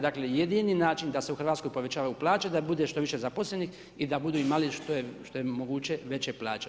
Dakle, jedini način da se u Hrvatskoj povećavaju plaće, da bude što više zaposlenih i da budu imali što je moguće veće plaće.